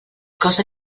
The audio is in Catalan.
cosa